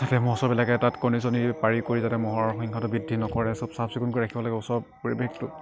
যাতে মহ চহবিলাকে তাত কণী চণী পাৰি কৰি যাতে মহৰ সংখ্যাটো বৃদ্ধি নকৰে চব চাফ চিকুণ কৰি ৰাখিব লাগে ওচৰৰ পৰিৱেশটো